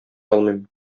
алмыйм